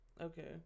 okay